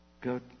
Go